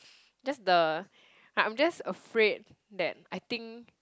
just the I'm just afraid that I think